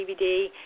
DVD